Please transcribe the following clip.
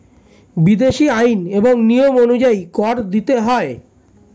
বিদেশী আইন এবং নিয়ম অনুযায়ী কর দিতে হয়